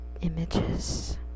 images